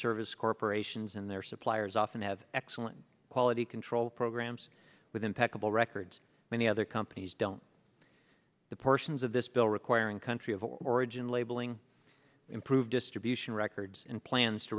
service corporations and their suppliers often have excellent quality control programs with impeccable records many other companies don't the portions of this bill requiring country of origin labeling improve distribution records and plans to